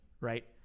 right